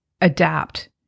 adapt